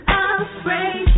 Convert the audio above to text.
afraid